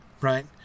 right